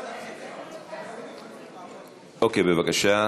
אוקיי, בבקשה.